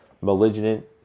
malignant